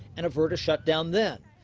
and avert a shutdown then.